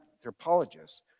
anthropologists